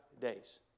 days